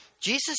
Jesus